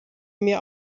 mir